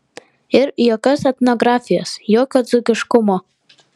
ir jokios etnografijos jokio dzūkiškumo